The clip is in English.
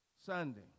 Sunday